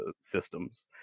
systems